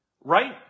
right